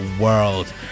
world